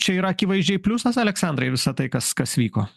čia yra akivaizdžiai pliusas aleksandrai visa tai kas kas vyko